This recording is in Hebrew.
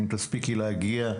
אם תספיקי להגיע,